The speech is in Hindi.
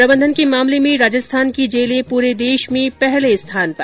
प्रबंधन के मामले में राजस्थान की जेलें पूरे देश में पहले स्थान पर